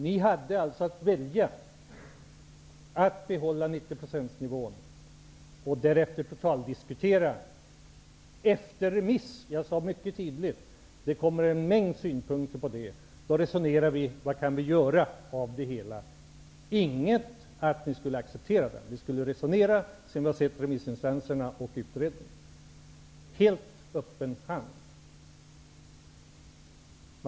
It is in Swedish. Ni hade alltså att välja på att behålla nivån på 90 % och därefter totaldiskutera efter remiss. Jag sade mycket tydligt att det skulle komma en mängd synpunkter. Efter det skulle vi diskutera om vad vi kunde göra av det hela. Det gällde inte att ni skulle acceptera utredningen, utan vi skulle resonera efter att ha sett remissinstansernas svar och utredningen. Det var en helt öppen hand.